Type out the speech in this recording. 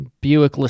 Buick